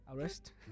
arrest